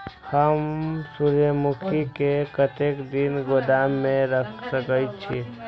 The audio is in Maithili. हम सूर्यमुखी के कतेक दिन गोदाम में रख सके छिए?